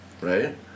right